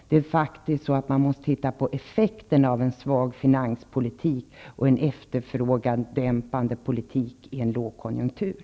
Man måste faktiskt titta på effekterna av en svag finanspolitik och en efterfrågedämpande politik i en lågkonjunktur.